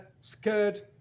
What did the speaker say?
scared